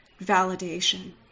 validation